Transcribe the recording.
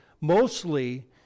mostly